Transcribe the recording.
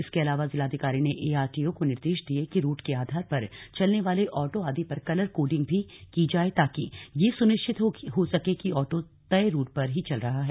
इसके अलावा जिलाधिकारी ने एआरटीओ को निर्देश दिये कि रूट के आधार पर चलने वाले ऑटो आदि पर कलर कोडिंग भी की जाये ताकि यह सुनिश्चित हो सके कि ऑटो तय रूट पर ही चल रहा है